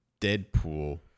Deadpool